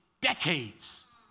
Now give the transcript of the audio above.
decades